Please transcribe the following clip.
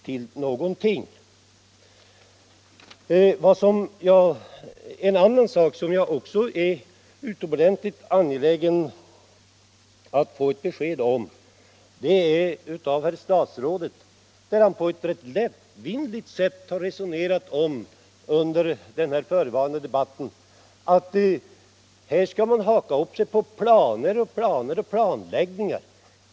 Det finns en annan sak som jag också är utomordentligt angelägen att få besked om av herr statsrådet. Han har under förevarande debatt på ett lättvindigt sätt talat om att man hakar upp sig på planläggningar.